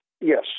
yes